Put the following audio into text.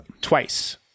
twice